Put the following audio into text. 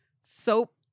soap